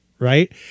right